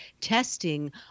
testing